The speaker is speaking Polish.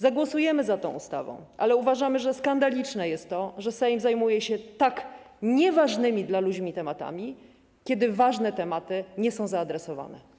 Zagłosujemy za tą ustawą, ale uważamy, że skandaliczne jest to, że Sejm zajmuje się tak nieważnymi dla ludzi tematami, kiedy ważne tematy nie są zaadresowane.